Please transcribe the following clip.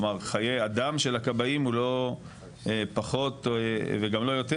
חיי אדם של הכבאים הוא לא פחות וגם לא יותר,